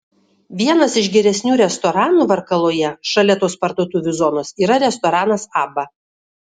vienas iš geresnių restoranų varkaloje šalia tos parduotuvių zonos yra restoranas abba